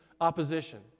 opposition